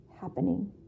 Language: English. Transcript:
happening